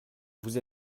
vous